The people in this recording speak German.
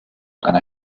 einer